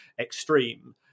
extreme